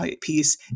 piece